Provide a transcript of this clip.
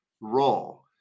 role